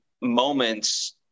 moments